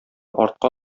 артка